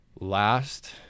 last